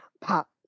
Pop